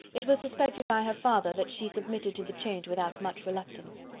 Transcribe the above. it was suspected by her father that she submitted to the change without much reluctance.